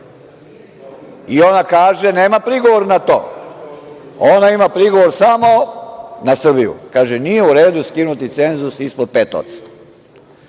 i ona kaže – nema prigovor na to, ona ima prigovor samo na Srbiju. Kaže – nije u redu skinuti cenzus ispod 5%.Da